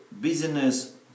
business